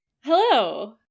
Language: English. Hello